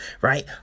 right